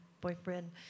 boyfriend